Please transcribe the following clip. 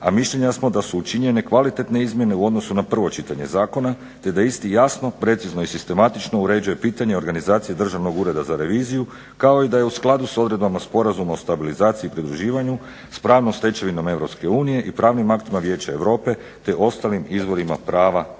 a mišljenja smo da su učinjene kvalitetne izmjene u odnosu na prvo čitanje zakona te da isti jasno, precizno i sistematično uređuje pitanje organizacije Državnog ureda za reviziju kao i da je u skladu s odredbama Sporazuma o stabilizaciji i pridruživanju s pravnom stečevinom EU i pravnim aktima Vijeća Europe te ostalim izvorima prava EU.